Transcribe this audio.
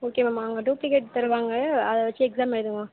ஓகேவாம்மா அங்கே டூப்ளிகேட் தருவாங்க அதை வைச்சு எக்ஸாம் எழுதும்மா